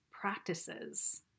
practices